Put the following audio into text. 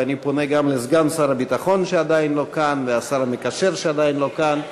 ואני פונה גם לסגן שר הביטחון שעדיין לא כאן ולשר המקשר שעדיין לא כאן,